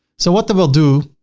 so what that will do,